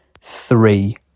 three